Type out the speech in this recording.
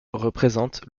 représente